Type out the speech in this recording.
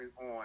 on